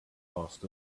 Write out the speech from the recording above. passed